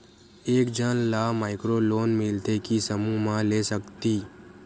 एक झन ला माइक्रो लोन मिलथे कि समूह मा ले सकती?